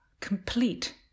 Complete